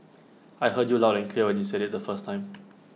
I heard you loud and clear when you said IT the first time